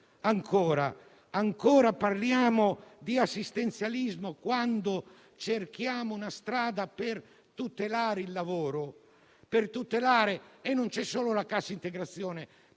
Ancora parliamo di assistenzialismo quando cerchiamo una strada per tutelare il lavoro? Non c'è solo la cassa integrazione.